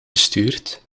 gestuurd